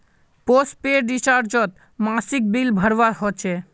postpaid रिचार्जोत मासिक bill भरवा होचे